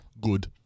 Good